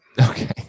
Okay